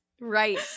Right